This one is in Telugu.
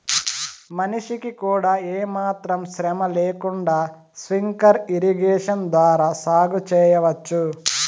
మనిషికి కూడా ఏమాత్రం శ్రమ లేకుండా స్ప్రింక్లర్ ఇరిగేషన్ ద్వారా సాగు చేయవచ్చు